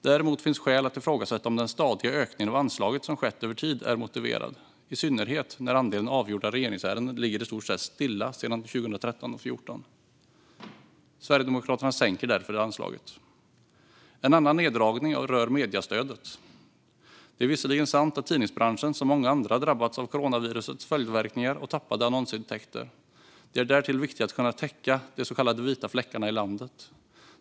Däremot finns skäl att ifrågasätta om den stadiga ökning av anslaget som skett över tid är motiverad, i synnerhet när andelen avgjorda regeringsärenden ligger i stort sett stilla sedan 2013/14. Sverigedemokraterna sänker därför anslaget. En annan neddragning rör mediestödet. Det är visserligen sant att tidningsbranschen som många andra drabbats av coronavirusets följdverkningar och tappat annonsintäkter. Det är därtill viktigt att kunna täcka de så kallade vita fläckarna i landet.